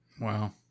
Wow